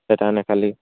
ସେଠାନେ ଖାଲି